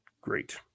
Great